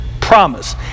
promise